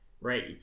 right